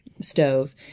stove